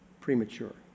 premature